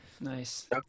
Nice